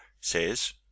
says